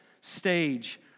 stage